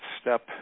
step